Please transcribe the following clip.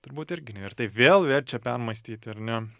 turbūt irgi nėr tai vėl verčia permąstyti ar ne